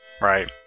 right